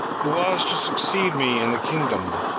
who was to succeed me in the kingdom,